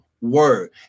word